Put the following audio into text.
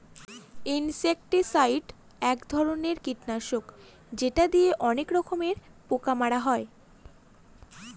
insecticide এক ধরনের কীটনাশক যেটা দিয়ে অনেক রকমের পোকা মারা হয়